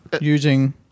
Using